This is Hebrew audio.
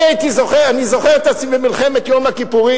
אני זוכר את עצמי במלחמת יום הכיפורים,